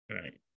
Right